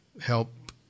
help